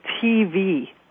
TV